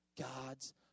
God's